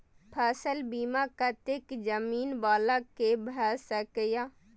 फसल बीमा कतेक जमीन वाला के भ सकेया?